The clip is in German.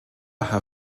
herr